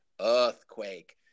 earthquake